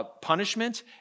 punishment